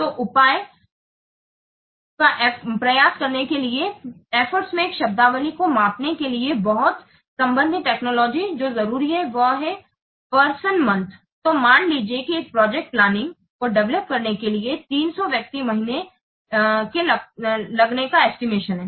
तो उपाय का प्रयास करने के लिए प्रयास में एक शब्दावली को मापने के लिए बहुत संबंधित टेक्नोलॉजी जो जरुरी है वह है पर्सन मंथ तो मान लीजिए कि एक प्रोजेक्ट प्लानिंग को डेवेलोप करने के लिए 300 व्यक्ति महीने लगने का एस्टिमेशन है